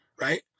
right